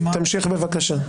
תמשיך בבקשה.